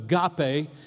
agape